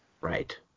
Right